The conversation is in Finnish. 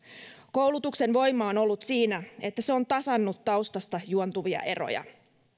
koulutuksen voima on ollut siinä että se on tasannut taustasta juontuvia eroja